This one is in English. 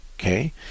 Okay